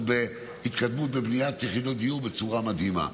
בהתקדמות בבניית יחידות דיור בצורה מדהימה.